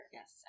Yes